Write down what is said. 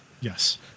Yes